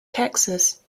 texas